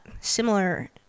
similar